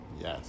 yes